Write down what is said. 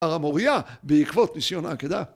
הר המוריה בעקבות ניסיון העקדה